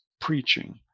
preaching